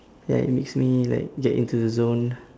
ya it makes me like get into the zone